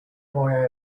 boy